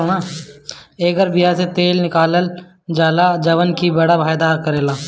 एकर बिया से तेल निकालल जाला जवन की बड़ा फायदा करेला